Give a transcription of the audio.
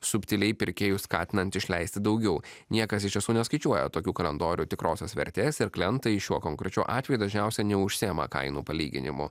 subtiliai pirkėjus skatinant išleisti daugiau niekas iš tiesų neskaičiuoja tokių kalendorių tikrosios vertės ir klientai šiuo konkrečiu atveju dažniausiai neužsiema kainų palyginimu